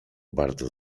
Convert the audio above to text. bardzo